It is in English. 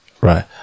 right